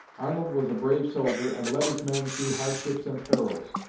arnold was a brave soldier and led his men through hardships and perils,